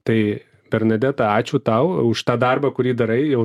tai bernadeta ačiū tau už tą darbą kurį darai jau